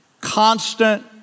constant